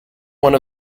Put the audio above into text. one